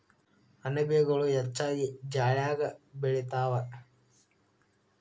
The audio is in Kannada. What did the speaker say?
ಅಣಬೆಗಳು ಹೆಚ್ಚಾಗಿ ಜಾಲ್ಯಾಗ ಬೆಳಿತಾವ